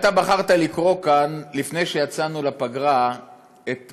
אתה בחרת לקרוא כאן לפני שיצאנו לפגרה איך